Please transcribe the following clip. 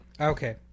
Okay